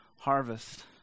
harvest